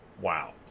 wow